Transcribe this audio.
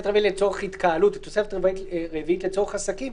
הרביעית לצורך התקהלות והתוספת הרביעית לצורך עסקים,